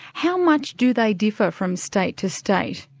how much do they differ from state to state?